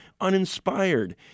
uninspired